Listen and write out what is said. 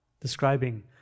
Describing